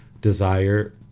desire